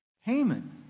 Haman